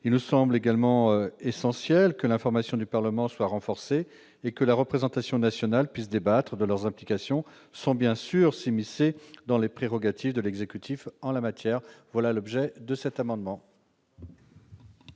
Il nous semble également essentiel que l'information du Parlement soit renforcée et que la représentation nationale puisse débattre des implications de ces partenariats, sans bien sûr s'immiscer dans les prérogatives de l'exécutif en la matière. Quel est l'avis de